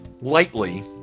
lightly